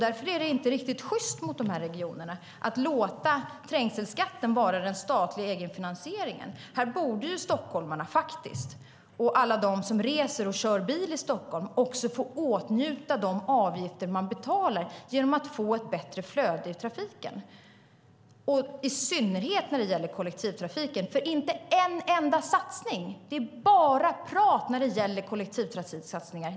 Därför är det inte riktigt sjyst mot regionerna att låta trängselskatten utgöra den statliga egenfinansieringen. Här borde stockholmarna och alla de som reser och kör bil i Stockholm få åtnjuta de avgifter man betalar genom att få ett bättre flöde i trafiken. I synnerhet gäller det kollektivtrafiken. Inte en enda satsning har gjorts. Det är bara prat när det gäller kollektivtrafiksatsningar.